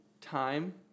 time